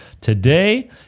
today